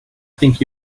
think